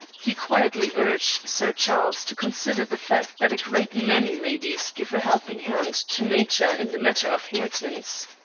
he quietly urged sir charles to consider the fact that a great many ladies give a helping hand to nature in the matter of hair tints.